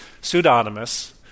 pseudonymous